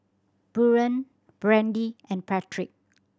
Buren Brandy and Patrick